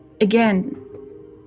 again